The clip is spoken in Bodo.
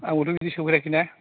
आंबोथ' बिदि सोंफेराखै ना